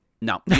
no